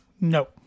No